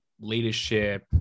leadership